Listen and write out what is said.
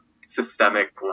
systemic